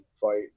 fight